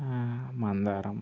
మందారం